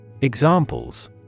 Examples